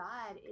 God